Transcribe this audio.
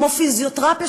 כמו פיזיותרפיה,